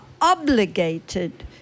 obligated